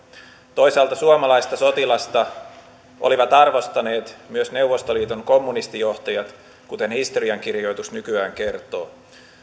toisaalta suomalaista sotilasta olivat arvostaneet myös neuvostoliiton kommunistijohtajat kuten historiankirjoitus nykyään kertoo